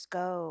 go